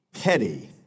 petty